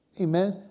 Amen